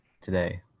today